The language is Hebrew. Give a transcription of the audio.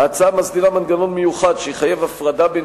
ההצעה מסדירה מנגנון מיוחד שיחייב הפרדה בין